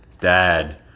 Dad